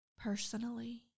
personally